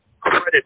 credit